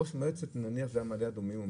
ראש מועצת מעלה אדומים,